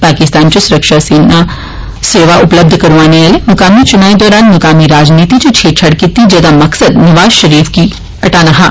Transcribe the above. पाकिस्तान इच सुरक्षा सेवा उपलब्ध करौआने आले मुकामी चुनाएं दौरान मुकामी राजनीति इच छेड़छाड़ कीती जेदा मकसद नवाज शरीफ गी हटाना हा